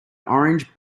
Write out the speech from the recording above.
orange